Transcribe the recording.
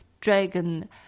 dragon